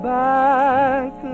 back